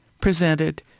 presented